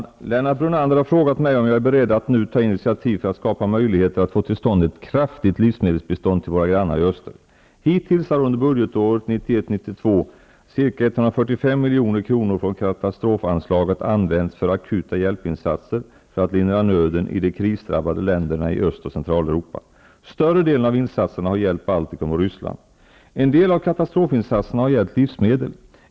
Herr talman! Lennart Brunander har frågat mig om jag är beredd att nu ta initiativ för att skapa möjligheter att få till stånd ett kraftigt livsmedelsbi stånd till våra grannar i öster. Hittills under budgetåret 1991/92 har ca 145 milj.kr. från katastrofanslaget använts för akuta hjälpinsatser för att lindra nöden i de krisdrabbade län derna i Öst och Centraleuropa. Större delen av insatserna har gällt Balti kum och Ryssland. En del av katastrofinsatserna har gällt livsmedel.